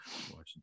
Washington